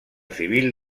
civil